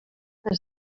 des